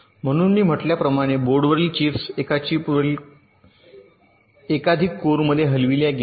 म्हणूनच मी म्हटल्याप्रमाणे बोर्डवरील चिप्स एका चिपवरील एकाधिक कोरमध्ये हलविल्या गेल्या आहेत